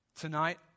Tonight